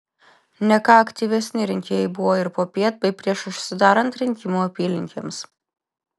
ne ką aktyvesni rinkėjai buvo ir popiet bei prieš užsidarant rinkimų apylinkėms